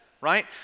right